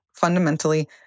fundamentally